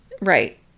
Right